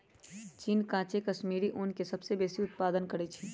चीन काचे कश्मीरी ऊन के सबसे बेशी उत्पादन करइ छै